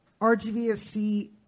RGVFC